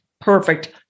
perfect